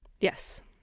Yes